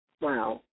Wow